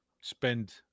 spend